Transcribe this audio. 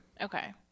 Okay